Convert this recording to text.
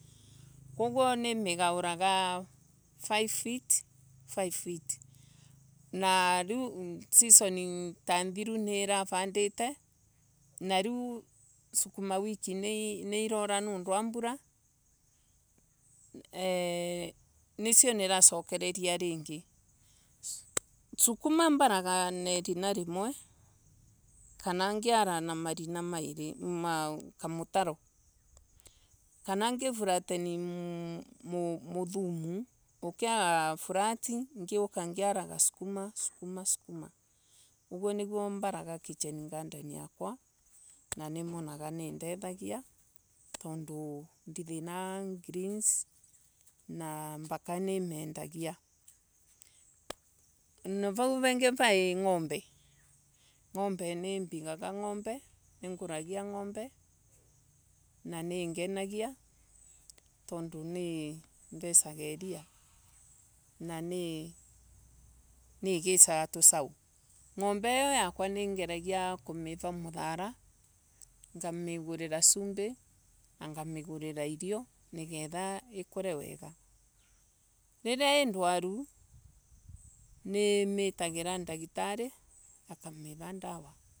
Koguo nimigouraga five feet Five feet. Na season ta thiru nivavandile na riu sukuma wiki ni irora niundu wa mbura Eeh nisio nirasokereria ringi. Sukuma mboraga na irina nimwe kana ngiaria na marina mairi Kamutaro. Kana ngi flateni muthumu. ukiaga flati nginauka ngiaraga sukuma sukuma sukuma uguo niguo mbaraga kichen garden yakwa. na nimonaga nitethagia tondu ndithinaga greens na mpaka nimentaga vau vingi vai Ngombe iyo yakwa ningeragia kumira muthara ngamigurira vumbi niguo ikure wega. Ririu i ndwaru nimitadira ndagitari akamira dawa.